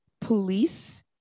police